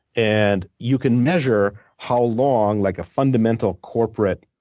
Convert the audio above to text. and you can measure how long like a fundamental corporate